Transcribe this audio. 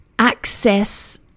access